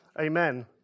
Amen